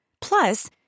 Plus